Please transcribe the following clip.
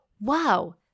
wow